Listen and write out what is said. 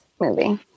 movie